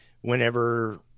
whenever